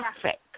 traffic